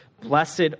blessed